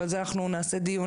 אבל על זה אנחנו נעשה דיון